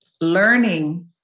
learning